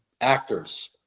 actors